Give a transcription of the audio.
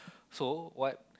so what